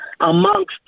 amongst